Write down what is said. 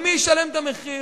ומי ישלם את המחיר?